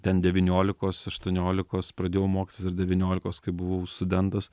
ten devyniolikos aštuoniolikos pradėjau mokytis ir devyniolikos kai buvau studentas